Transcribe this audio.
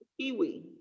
kiwi